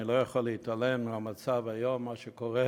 אני לא יכול להתעלם מהמצב היום וממה שקורה,